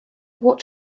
what